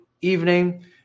evening